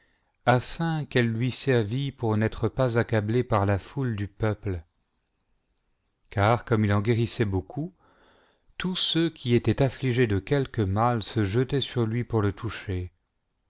afin qu'elle lui servît pour n'être pas accablé par la foule du peuple car comme il en guérissait beaucoup tous ceux qui étaient affligés de quelque mal se jetaient sur lui pour le toucher